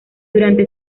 durante